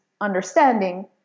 understanding